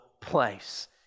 place